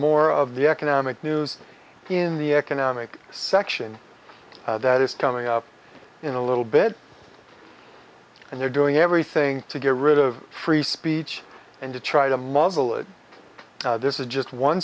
smore of the economic news in the economic section that is coming up in a little bit and they're doing everything to get rid of free speech and to try to muzzle it this is just one